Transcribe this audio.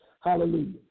Hallelujah